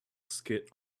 skit